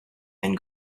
and